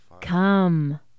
come